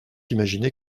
imaginer